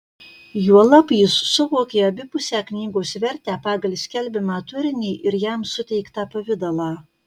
juolab jis suvokė abipusę knygos vertę pagal skelbiamą turinį ir jam suteiktą pavidalą